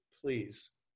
please